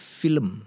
film